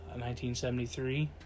1973